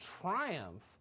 triumph